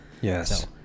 yes